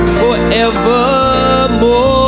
forevermore